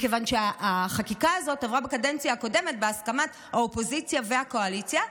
מכיוון שהחקיקה הזאת עברה בקדנציה הקודמת בהסכמת האופוזיציה והקואליציה,